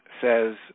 says